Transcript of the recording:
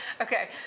Okay